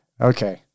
Okay